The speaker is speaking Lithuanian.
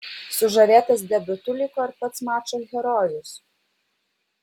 sužavėtas debiutu liko ir pats mačo herojus